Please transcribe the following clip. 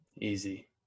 easy